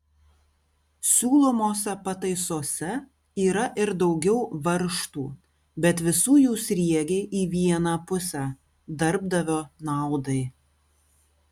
siūlomose pataisose yra ir daugiau varžtų bet visų jų sriegiai į vieną pusę darbdavio naudai